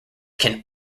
can